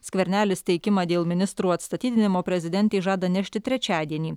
skvernelis teikimą dėl ministrų atstatydinimo prezidentei žada nešti trečiadienį